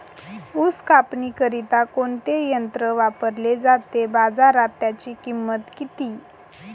ऊस कापणीकरिता कोणते यंत्र वापरले जाते? बाजारात त्याची किंमत किती?